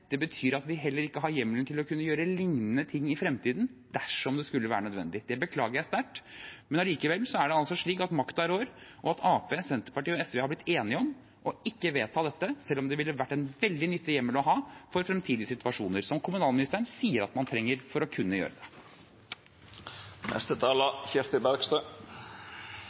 det betyr at vi heller ikke har hjemmelen til å kunne gjøre lignende ting i fremtiden dersom det skulle være nødvendig. Det beklager jeg sterkt. Allikevel er det altså slik at makta rår, og at Arbeiderpartiet, Senterpartiet og SV har blitt enige om å ikke vedta dette, selv om det ville vært en veldig nyttig hjemmel å ha for fremtidige situasjoner, som kommunalministeren sier at man trenger for å kunne gjøre